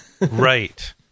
Right